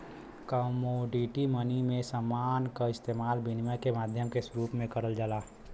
commodity money में समान क इस्तेमाल विनिमय के माध्यम के रूप में करल जाला